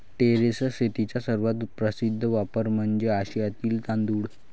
terrace शेतीचा सर्वात प्रसिद्ध वापर म्हणजे आशियातील तांदूळ